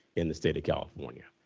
in the state of california.